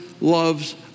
loves